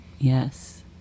Yes